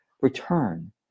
return